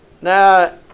Now